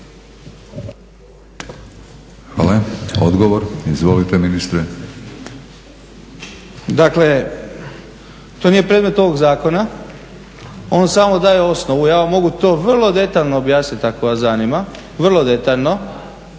Hvala. Odgovor? Izvolite ministre. **Miljenić, Orsat** Dakle, to nije predmet ovog zakona, on samo daje osnovu. Ja vam mogu to vrlo detaljno objasniti ako vas zanima, vrlo detaljno